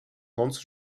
hans